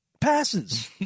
passes